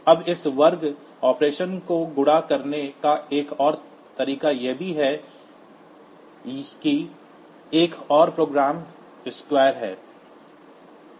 अब इस वर्ग ऑपरेशन को गुणा करने का एक और तरीका यह है कि यह एक और प्रोग्राम स्क्वायर है